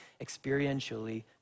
experientially